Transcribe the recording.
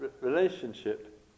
relationship